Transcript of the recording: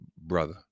brother